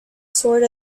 sword